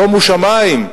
שומו שמים,